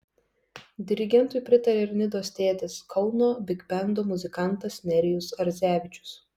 dirigentui pritarė ir nidos tėtis kauno bigbendo muzikantas nerijus ardzevičius